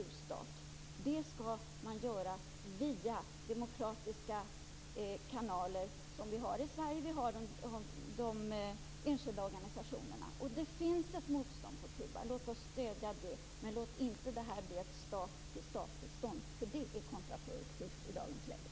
Stödet skall ske via de demokratiska kanaler som vi har i Sverige. Vi har de enskilda organisationerna. Det finns ett motstånd på Kuba. Låt oss stödja det! Men låt inte detta bli ett stat-till-statbistånd! Det är kontraproduktivt i dagens läge.